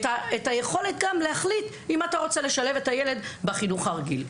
את היכולת להחליט אם אתה רוצה לשלב את הילד בחינוך הרגיל.